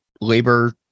labor